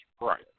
Right